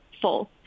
full